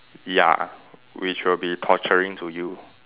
ya which will be torturing to you